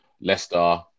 leicester